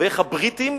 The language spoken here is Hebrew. ואיך הבריטים